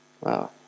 Wow